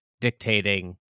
dictating